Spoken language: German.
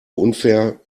unfair